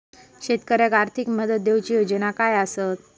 शेतकऱ्याक आर्थिक मदत देऊची योजना काय आसत?